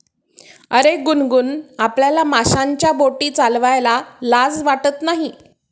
अरे गुनगुन, आपल्याला माशांच्या बोटी चालवायला लाज वाटत नाही